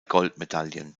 goldmedaillen